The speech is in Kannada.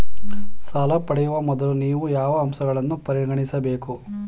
ಸಾಲ ಪಡೆಯುವ ಮೊದಲು ನೀವು ಯಾವ ಅಂಶಗಳನ್ನು ಪರಿಗಣಿಸಬೇಕು?